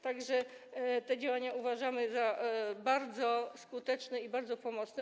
Tak że te działania uważamy za bardzo skuteczne i bardzo pomocne.